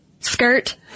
Skirt